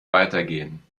weitergehen